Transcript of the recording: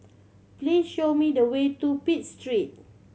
please show me the way to Pitt Street